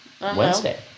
Wednesday